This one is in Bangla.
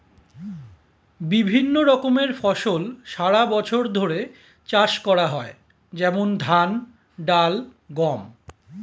বিভিন্ন রকমের ফসল সারা বছর ধরে চাষ করা হয়, যেমন ধান, ডাল, গম